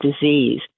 disease